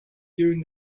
during